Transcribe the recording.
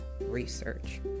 research